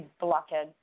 blockhead